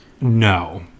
No